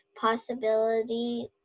possibility